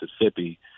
Mississippi